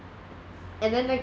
and then like